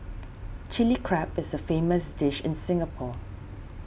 Chilli Crab is a famous dish in Singapore